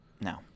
No